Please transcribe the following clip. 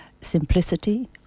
simplicity